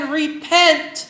repent